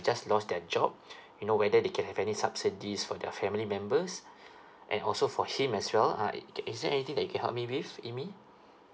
just lost their job you know whether they can have any subsidies for their family members and also for him as well uh is there anything that you can help me with amy